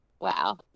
Wow